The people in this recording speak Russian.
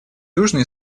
южный